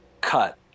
cut